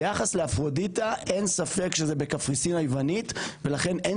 ביחס לאפרודיטה אין ספק שזה בקפריסין היוונית ולכן אין